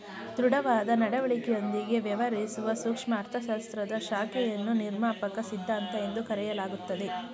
ದೃಢವಾದ ನಡವಳಿಕೆಯೊಂದಿಗೆ ವ್ಯವಹರಿಸುವ ಸೂಕ್ಷ್ಮ ಅರ್ಥಶಾಸ್ತ್ರದ ಶಾಖೆಯನ್ನು ನಿರ್ಮಾಪಕ ಸಿದ್ಧಾಂತ ಎಂದು ಕರೆಯಲಾಗುತ್ತದೆ